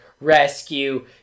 rescue